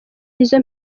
izo